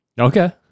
Okay